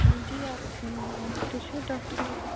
جی آپ تُہۍ چھُوا ڈاکٹر نُزہت